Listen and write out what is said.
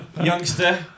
Youngster